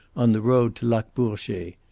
on the road to lac bourget. mme.